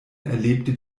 erlebte